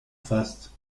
faste